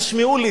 תשמעו לי,